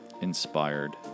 inspired